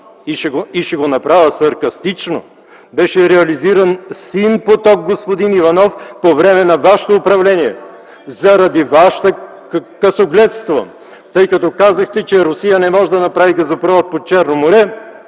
и ще го направя саркастично: беше реализиран „Син поток”, господин Иванов, по време на вашето управление. Заради вашето късогледство, тъй като казахте, че Русия не може да направи газопровод под Черно море,